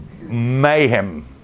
mayhem